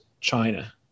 China